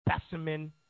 specimen